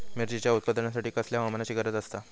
मिरचीच्या उत्पादनासाठी कसल्या हवामानाची गरज आसता?